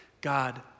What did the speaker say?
God